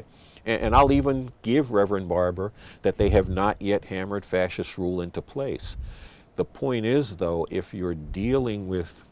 it and i'll even give reverend barber that they have not yet hammered fascist rule into place the point is though if you're dealing with